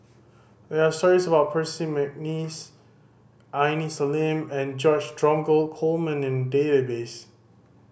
there are stories about Percy McNeice Aini Salim and George Dromgold Coleman in database